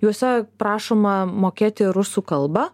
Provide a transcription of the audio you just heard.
juose prašoma mokėti rusų kalbą